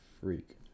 freak